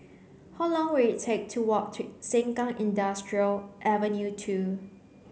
how long will it take to walk to Sengkang Industrial Avenue two